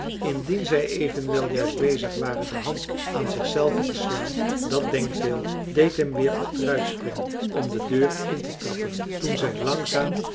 indien zij evenwel juist bezig ware de hand aan zich-zelve te slaan dat denkbeeld deed hem weer achteruitspringen om de deur intetrappen toen zij langzaam